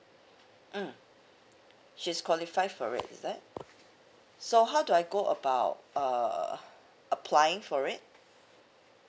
mm she's qualify for it is that so how do I go about uh applying for it